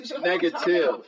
negative